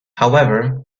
however